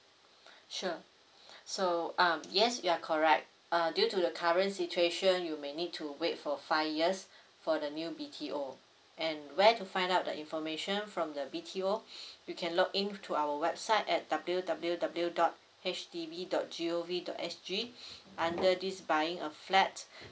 sure so um yes you're correct uh due to the current situation you may need to wait for five years for the new B_T_O and where to find out the information from the B_T_O you can log in to our website at w w w dot H D B dot g o v dot s g under this buying a flat